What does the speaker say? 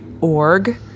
org